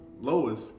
Lois